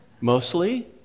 mostly